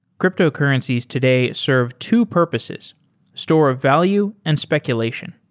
cryptocurrencies today serve two purposes store of value and speculation.